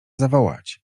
zawołać